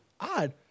odd